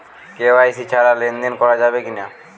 KYC ছাড়া লেনদেন করা যাবে কিনা?